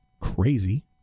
crazy